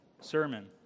sermon